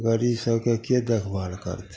गरीब सभके के देखभाल करतै